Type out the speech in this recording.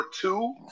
two